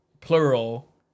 plural